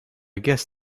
guess